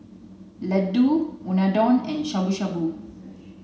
Ladoo Unadon and Shabu Shabu